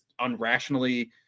unrationally